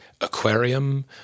aquarium